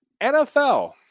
NFL